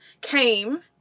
came